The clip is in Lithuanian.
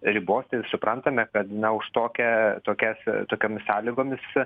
ribos ir suprantame kad na už tokią tokias tokiomis sąlygomis